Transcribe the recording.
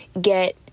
get